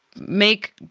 make